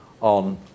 on